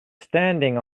standing